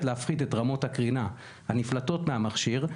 להפחית את רמות הקרינה הנפלטות מהמכשיר,